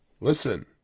listen